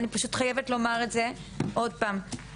אני פשוט חייבת לומר את זה עוד הפעם.